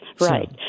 Right